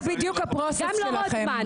זה בדיוק התהליך שלכם,